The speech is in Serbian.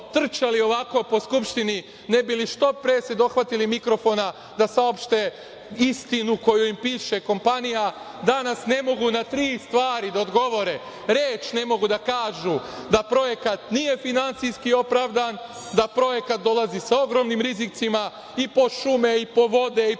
trčali ovako po Skupštini, ne bi li što pre se dohvatili mikrofona, da saopšte istinu koju im piše kompanija, danas ne mogu na tri stvari da odgovore. Reč ne mogu da kažu da projekat nije finansijski opravdan, da projekat dolazi sa ogromnim rizicima, i po šume i po vode i